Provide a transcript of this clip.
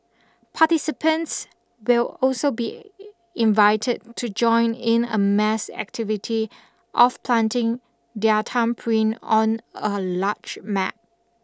participants will also be invited to join in a mass activity of planting their thumbprint on a large map